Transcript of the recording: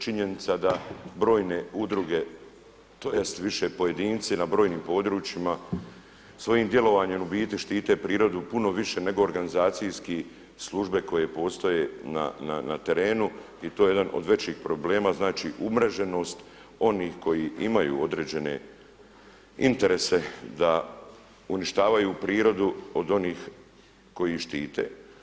Činjenica da brojne udruge, tj. više pojedinci na brojnim područjima svojim djelovanjem u biti štite prirodu puno više nego organizacijski službe koje postoje na terenu i to je jedan od većih problema, znači umreženost onih koji imaju određene interese da uništavaju prirodu od onih koji ih štite.